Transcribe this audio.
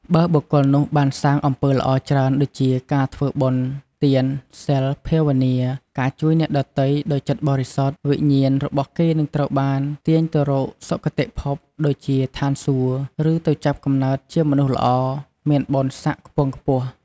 បើបុគ្គលនោះបានសាងអំពើល្អច្រើនដូចជា ការធ្វើបុណ្យ ទាន សីល ភាវនា ការជួយអ្នកដទៃដោយចិត្តបរិសុទ្ធ វិញ្ញាណរបស់គេនឹងត្រូវបានទាញទៅរក សុគតិភព ដូចជាឋានសួគ៌ ឬទៅចាប់កំណើតជាមនុស្សល្អ មានបុណ្យស័ក្តិខ្ពង់ខ្ពស់។